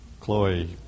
Chloe